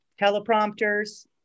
teleprompters